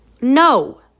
No